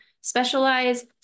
specialize